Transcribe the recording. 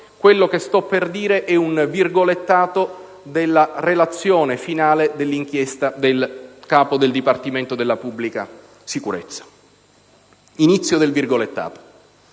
quello che sto per dire è un virgolettato della relazione finale dell'inchiesta del Capo del Dipartimento della pubblica sicurezza. «Le ricerche